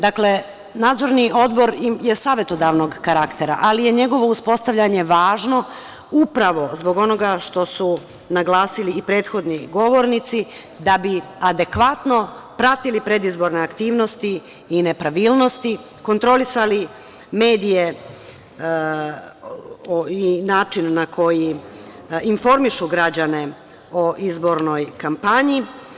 Dakle, Nadzorni odbor je savetodavnog karaktera, ali je njegovo uspostavljanje važno upravo zbog onoga što su naglasili i prethodni govornici da bi adekvatno pratili predizborne aktivnosti i nepravilnosti, kontrolisali medije i način na koji informišu građane o izbornoj kampanji.